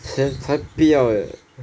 神才不要 leh